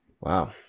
Wow